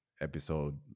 episode